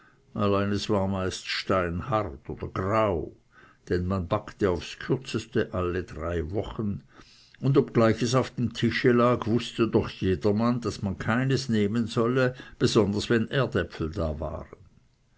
es war meist steinhart oder grau denn man backte aufs kürzeste alle drei wochen und obgleich es auf dem tische lag wußte doch jedermann daß man keines nehmen solle besonders wenn erdäpfel da waren